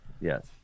Yes